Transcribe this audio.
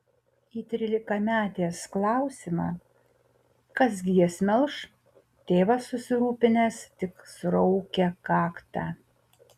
į trylikametės klausimą kas gi jas melš tėvas susirūpinęs tik suraukia kaktą